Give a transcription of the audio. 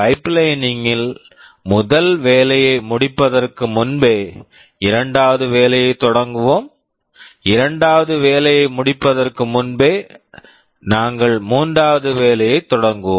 pipelining pipelining ல் முதல் வேலையை முடிப்பதற்கு முன்பே இரண்டாவது வேலையைத் தொடங்குவோம் இரண்டாவது வேலையை முடிப்பதற்கு முன்பே நாங்கள் மூன்றாவது வேலையைத் தொடங்குவோம்